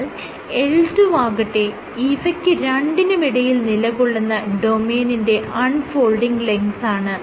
എന്നാൽ L2 ആകട്ടെ ഇവയ്ക്ക് രണ്ടിനുമിടയിൽ നിലകൊള്ളുന്ന ഡൊമെയ്നിന്റെ അൺ ഫോൾഡിങ് ലെങ്താണ്